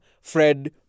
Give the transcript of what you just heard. Fred